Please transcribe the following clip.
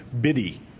biddy